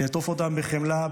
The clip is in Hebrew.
לעטוף אותן בחמלה,